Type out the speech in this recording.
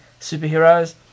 superheroes